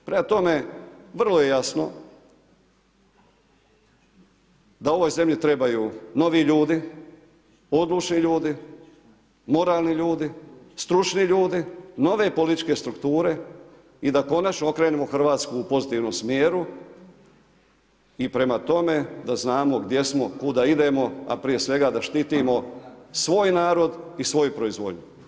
Prema tome, vrlo je jasno da ovoj zemlji trebaju novi ljudi, odlučni ljudi, moralni ljudi, stručni ljudi, nove političke strukture i da konačno okrenemo Hrvatsku u pozitivnom smjeru i da prema tome da znamo, gdje smo, kuda idemo, a prije svega da štitimo svoj narod i svoju proizvodnju.